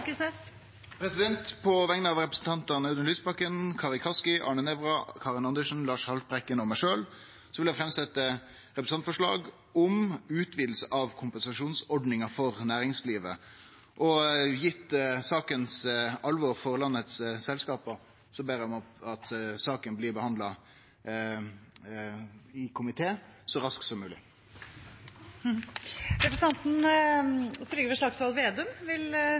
På vegner av representantane Audun Lysbakken, Kari Elisabeth Kaski, Arne Nævra, Karin Andersen, Lars Haltbrekken og meg sjølv vil eg setje fram eit representantforslag om ei utviding av kompensasjonsordninga for næringslivet. Gitt alvoret i saka for landets selskap ber eg om at saka blir behandla i komité så raskt som mogleg. Representanten Trygve Slagsvold Vedum vil